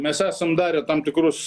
mes esam darę tam tikrus